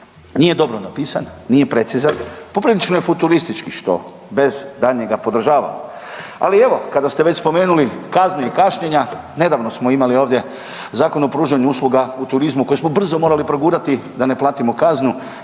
nije dobro napisan, nije precizna, poprilično je futuristički što bez daljnjega podržavam, ali evo kada ste već spomenuli kazne i kašnjenja nedavno smo imali ovdje Zakon o pružanju usluga u turizmu koji smo brzo morali progurati da ne platimo kaznu.